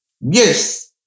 Yes